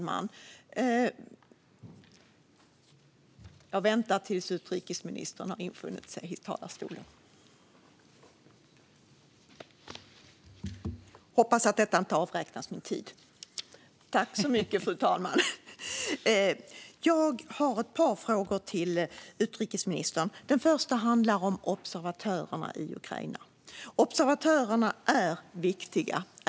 Fru talman! Jag har ett par frågor till utrikesministern. De första handlar om observatörerna i Ukraina. Observatörerna är viktiga.